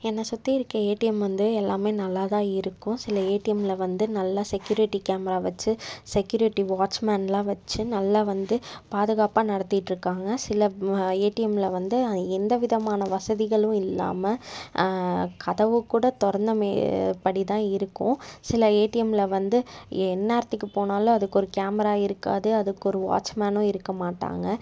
என்னை சுற்றி இருக்கற ஏடிஎம் வந்து எல்லாமே நல்லா தான் இருக்கும் சில ஏடிஎம்மில் வந்து நல்லா செக்யூரிட்டி கேமரா வச்சு செக்யூரிட்டி வாட்ச்மேன்லாம் வச்சு நல்லா வந்து பாதுகாப்பாக நடத்திட்டிருக்காங்க சில ஏடிஎம்மில் வந்து எந்த விதமான வசதிகளும் இல்லாமல் கதவைக்கூட திறந்த மாரி படி தான் இருக்கும் சில ஏடிஎம்மில் வந்து எந்நேரத்துக்கு போனாலும் அதுக்கொரு கேமரா இருக்காது அதுக்கொரு வாட்ச்மேனும் இருக்கமாட்டாங்க